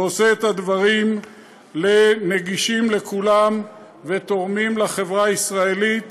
ועושה את הדברים נגישים לכולם ותורם לחברה הישראלית